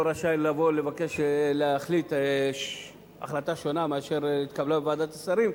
לא רשאי לבוא לבקש להחליט החלטה שונה מזו שהתקבלה בוועדת השרים,